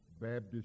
Baptist